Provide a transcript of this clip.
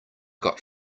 got